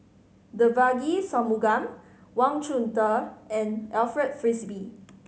Devagi Sanmugam Wang Chunde and Alfred Frisby